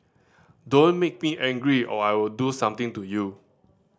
don't make me angry or I'll do something to you